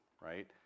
right